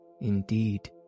indeed